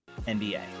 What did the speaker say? NBA